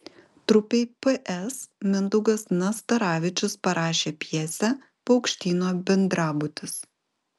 trupei ps mindaugas nastaravičius parašė pjesę paukštyno bendrabutis